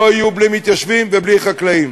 לא יהיו בלי מתיישבים ובלי חקלאים.